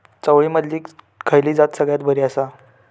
चवळीमधली खयली जात सगळ्यात बरी आसा?